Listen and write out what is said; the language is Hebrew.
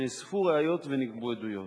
נאספו ראיות ונגבו עדויות.